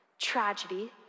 tragedy